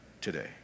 today